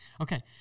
Okay